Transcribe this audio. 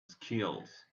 skills